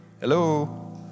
Hello